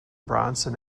bronson